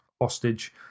hostage